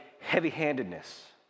heavy-handedness